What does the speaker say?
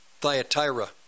Thyatira